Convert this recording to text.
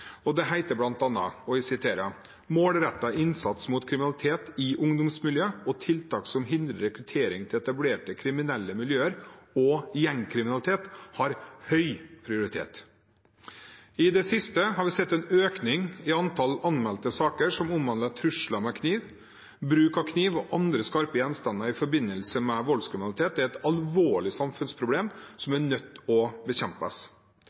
og det heter bl.a.: «Målrettet innsats mot kriminalitet i ungdomsmiljøer, og tiltak som hindrer rekruttering til etablerte kriminelle miljøer og gjengkriminalitet, har høy prioritet.» I det siste har vi sett en økning i antall anmeldte saker som omhandler trusler med kniv, bruk av kniv og andre skarpe gjenstander i forbindelse med voldskriminalitet. Det er et alvorlig samfunnsproblem, som er nødt til å bekjempes.